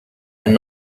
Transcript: and